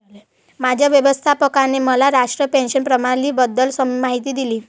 माझ्या व्यवस्थापकाने मला राष्ट्रीय पेन्शन प्रणालीबद्दल माहिती दिली